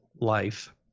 life